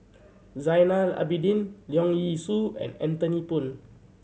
Zainal Abidin Leong Yee Soo and Anthony Poon